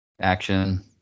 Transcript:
action